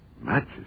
Matches